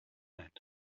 mind